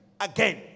again